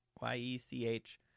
Y-E-C-H